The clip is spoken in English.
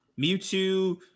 Mewtwo